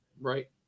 Right